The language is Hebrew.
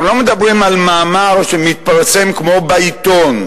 אנחנו לא מדברים על מאמר שמתפרסם, כמו בעיתון.